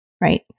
right